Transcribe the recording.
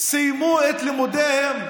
הם סיימו את לימודיהם,